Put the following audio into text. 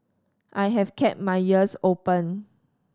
I have kept my ears open